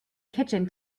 kitchen